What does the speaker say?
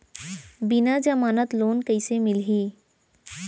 बिना जमानत लोन कइसे मिलही?